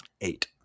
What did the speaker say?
Eight